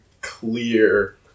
clear